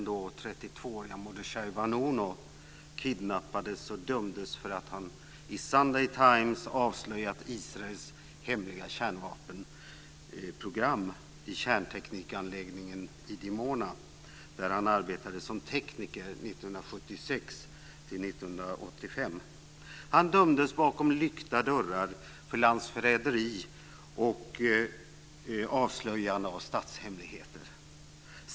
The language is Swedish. Det är nu 15 1⁄2 år sedan den då 32 Han dömdes bakom lykta dörrar för landsförräderi och avslöjande av statshemligheter.